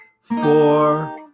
four